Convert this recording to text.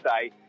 say